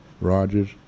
Rogers